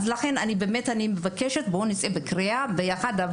לכן אני מבקשת שנצא בקריאה ביחד.